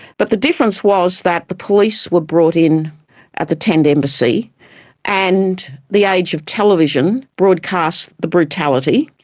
but the difference was that the police were brought in at the tent embassy and the age of television broadcast the brutality,